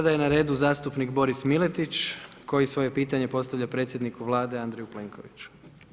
Sada je na redu zastupnik Boris Miletić koje svoje pitanje postavlja predsjedniku Vlade Andreju Plenkoviću.